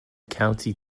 county